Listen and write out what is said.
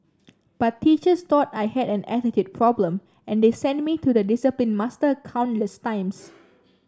but teachers thought I had an attitude problem and they sent me to the discipline master countless times